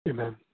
Amen